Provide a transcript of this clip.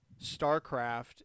StarCraft